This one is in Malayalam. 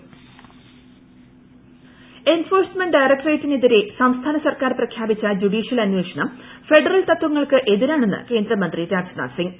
രാജ്നാഥ്സിംഗ് എൻഫോഴ്സ്മെന്റ് ഡയറക്ടറേറ്റിനെതിരെ സംസ്ഥാന സർക്കാർ പ്രഖ്യാപിച്ച ജൂഡീഷൽ അന്വേഷണം ഫെഡറൽ തത്വങ്ങൾക്ക് എതിരാണെന്ന് കേന്ദ്രമന്ത്രി രാജ്നാഥ് സിംഗ്